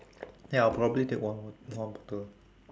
ya I'll probably take one bot~ one bottle